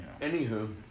Anywho